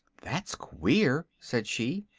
that's queer, said she.